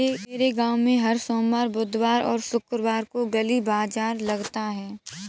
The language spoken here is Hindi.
मेरे गांव में हर सोमवार बुधवार और शुक्रवार को गली बाजार लगता है